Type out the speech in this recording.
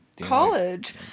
college